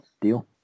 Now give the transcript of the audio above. deal